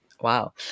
Wow